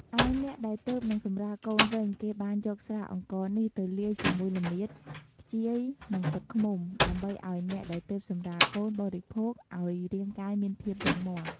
ឯអ្នកដែលទើបនិងសម្រាលកូនវិញ គេបានយកស្រាអង្ករនេះទៅលាយជាមួយល្មៀត ខ្ជាយ និងទឹកឃ្មុំ ដើម្បីឲ្យអ្នកដែលទើបសម្រាលកូនបរិភោគឲ្យរាងកាយមានភាពរឹងមាំ។